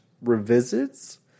revisits